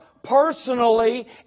personally